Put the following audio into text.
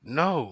no